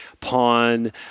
pawn